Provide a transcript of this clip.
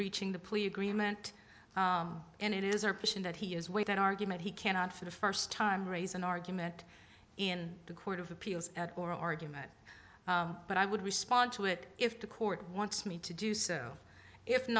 breaching the plea agreement and it is our position that he is with that argument he cannot for the first time raise an argument in the court of appeals at oral argument but i would respond to it if the court wants me to do so if